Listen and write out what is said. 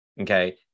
Okay